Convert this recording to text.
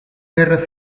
guerra